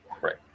right